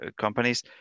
companies